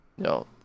No